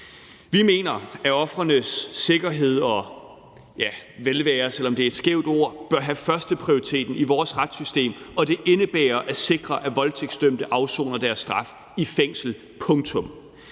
om det er et skævt ord, bør have førsteprioriteten i vores retssystem, og det indebærer at sikre, at voldtægtsdømte afsoner deres straf i fængsel – punktum!